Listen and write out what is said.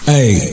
Hey